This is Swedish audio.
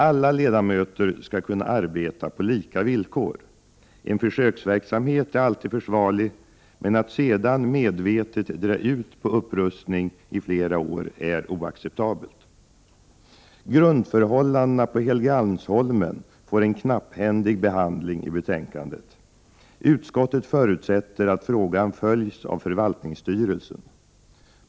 Alla ledamöter skall kunna arbeta på lika villkor. En försöksverksamhet är alltid försvarlig, men att sedan medvetet dra ut på upprustning i flera år är oacceptabelt. Grundförhållandena på Helgeandsholmen får en knapphändig behandling i betänkandet. Utskottet förutsätter att frågan följs av förvaltningsstyrelsen.